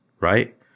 right